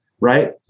Right